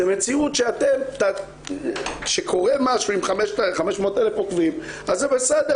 זה מציאות שכשקורה משהו עם 500,000 עוקבים אז זה בסדר,